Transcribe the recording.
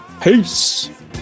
Peace